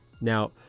Now